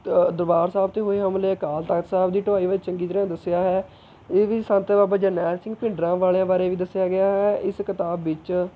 ਦ ਦਰਬਾਰ ਸਾਹਿਬ 'ਤੇ ਹੋਏ ਹਮਲੇ ਅਕਾਲ ਤਖਤ ਸਾਹਿਬ ਦੀ ਢਹਾਈ ਬਾਰੇ ਚੰਗੀ ਤਰ੍ਹਾਂ ਦੱਸਿਆ ਹੈ ਇਹ ਵੀ ਸੰਤ ਬਾਬਾ ਜਰਨੈਲ ਸਿੰਘ ਭਿੰਡਰਾਂ ਵਾਲਿਆਂ ਬਾਰੇ ਵੀ ਦੱਸਿਆ ਗਿਆ ਹੈ ਇਸ ਕਿਤਾਬ ਵਿੱਚ